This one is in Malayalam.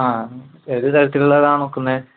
ആ ഏതു തരത്തിലുള്ളതാണ് നോക്കുന്നത്